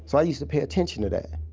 so i used to pay attention to that.